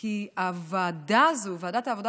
כי הוועדה הזאת, ועדת העבודה